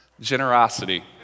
generosity